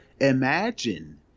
Imagine